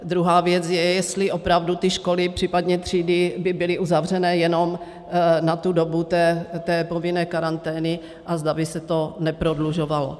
Druhá věc je, jestli opravdu ty školy, případně třídy by byly uzavřené jenom na dobu povinné karantény a zda by se to neprodlužovalo.